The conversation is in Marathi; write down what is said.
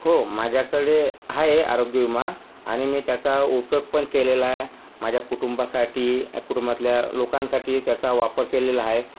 हो माझ्याकडे आहे आरोग्यविमा आणि मी त्याचा उपयोग पण केलेला आहे माझ्या कुटुंबासाठी कुटुंबातल्या लोकांसाठी त्याचा वापर केलेला आहे